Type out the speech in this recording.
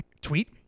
tweet